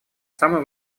самой